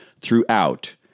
throughout